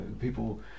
people